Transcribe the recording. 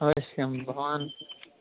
अवश्यं भवान्